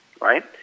right